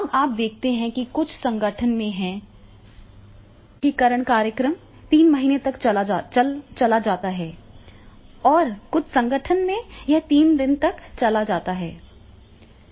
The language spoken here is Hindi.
अब आप देखते हैं कि कुछ संगठन में है उन्मुखीकरण कार्यक्रम तीन महीने तक चला जाता है और कुछ संगठन में यह तीन दिन तक चला जाता है